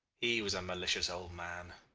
he was a malicious old man